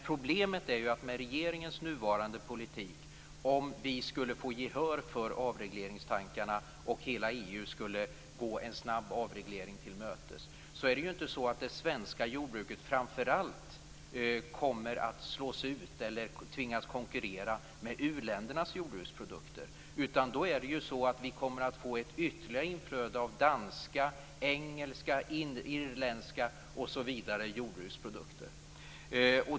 Problemet med regeringens nuvarande politik är att det inte framför allt är det svenska jordbruket - om vi skulle få gehör för avregleringstankarna och hela EU skulle gå en snabb avreglering till mötes - som kommer att slås ut eller tvingas konkurrera med u-ländernas jordbruksprodukter. Då kommer vi i stället att få ett ytterligare inflöde av danska, engelska, irländska osv. jordbruksprodukter.